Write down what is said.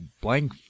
blank